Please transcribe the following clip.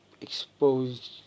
exposed